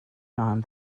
time